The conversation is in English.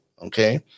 okay